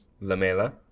Lamela